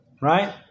right